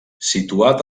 situat